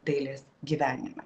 dailės gyvenimą